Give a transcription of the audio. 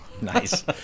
Nice